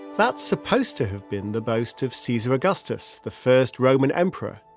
that's supposed to have been the boast of caesar augustus, the first roman emperor,